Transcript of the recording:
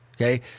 Okay